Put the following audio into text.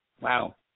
Wow